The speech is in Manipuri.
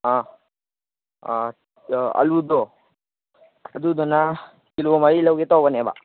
ꯑꯥ ꯑꯥ ꯑꯂꯨꯗꯣ ꯑꯗꯨꯗꯨꯅ ꯀꯤꯂꯣ ꯃꯔꯤ ꯂꯧꯒꯦ ꯇꯧꯕꯅꯦꯕ